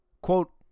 Quote